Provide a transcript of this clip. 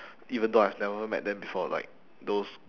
even though I've never met them before like those